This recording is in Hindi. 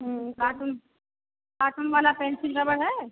कार्टून कार्टून वाला पेंसिल रबड़ है